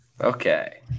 Okay